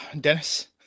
dennis